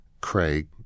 Craig